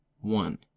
one